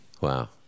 Wow